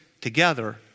together